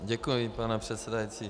Děkuji, pane předsedající.